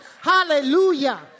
hallelujah